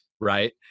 right